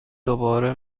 دوباره